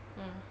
mm